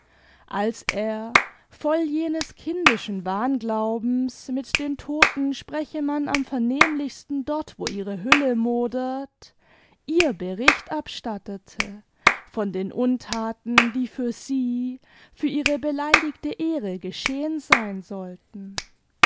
als er voll jenes kindischen wahnglaubens mit den todten spreche man am vernehmlichsten dort wo ihre hülle modert ihr bericht abstattete von den unthaten die für sie für ihre beleidigte ehre geschehen sein sollten